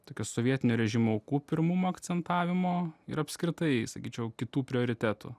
tokia sovietinio režimo aukų pirmumo akcentavimo ir apskritai sakyčiau kitų prioritetų